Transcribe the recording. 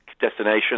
destination